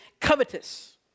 covetous